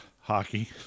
Hockey